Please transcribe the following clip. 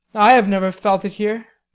i have never felt it here.